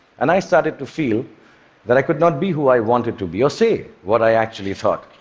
and i started to feel that i could not be who i wanted to be or say what i actually thought,